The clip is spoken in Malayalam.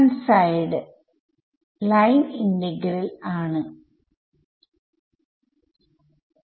ഗ്രാഫിക്കലി സെക്കന്റ് ഡെറിവേറ്റീവ് എന്തായിരിക്കും